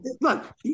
Look